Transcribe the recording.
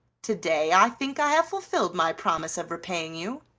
to-day i think i have fulfilled my promise of repaying you.